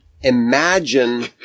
imagine